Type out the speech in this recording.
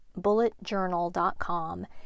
bulletjournal.com